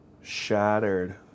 shattered